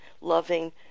loving